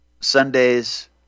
Sundays